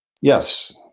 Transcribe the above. Yes